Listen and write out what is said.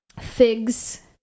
figs